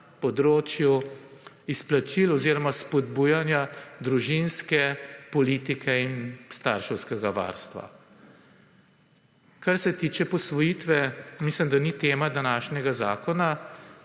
področju izplačil oziroma spodbujanja družinske politike in starševskega varstva. Kar se tiče posvojitve mislim, da ni tema današnjega zakona,